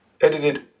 edited